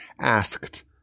asked